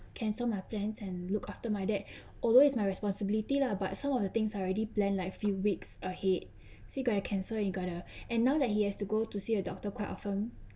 cancel my plans and look after my dad although it's my responsibility lah but some of the things I already plan like few weeks ahead so you got to cancel you got to and now that he has to go to see a doctor quite often